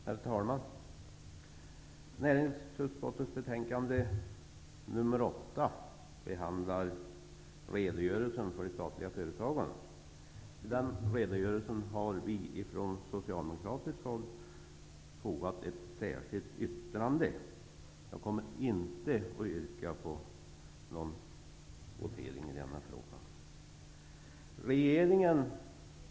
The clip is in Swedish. Herr talman! I näringsutskottets betänkande nr 8 Från socialdemokratiskt håll har vi fogat ett särskilt yttrande till betänkandet. Jag kommer inte att yrka på någon votering i denna fråga.